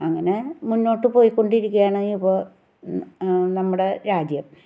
അങ്ങനെ മുന്നോട്ട് പോയിക്കൊണ്ടിരിക്കുകയാണ് ഇപ്പോൾ നമ്മുടെ രാജ്യം